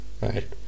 right